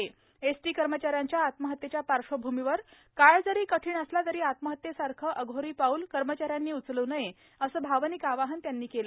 दरम्यान एसटी कर्मचाऱ्यांच्या आत्महत्येच्या पार्श्वभूमीवर काळ जरी कठीण असला तरी आत्महत्येसारखे अघोरी पाऊल कर्मचाऱ्यानी उचलू नये असे भावनिक आवाहन अनिल परब यांनी केले आहे